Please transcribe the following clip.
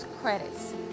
credits